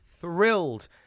thrilled